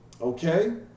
okay